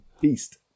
beast